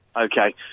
Okay